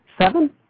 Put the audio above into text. Seven